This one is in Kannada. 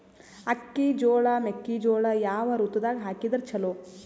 ಅಕ್ಕಿ, ಜೊಳ, ಮೆಕ್ಕಿಜೋಳ ಯಾವ ಋತುದಾಗ ಹಾಕಿದರ ಚಲೋ?